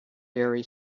very